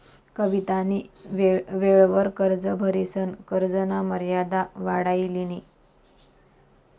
कवितानी वेळवर कर्ज भरिसन कर्जना मर्यादा वाढाई लिनी